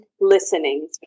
listening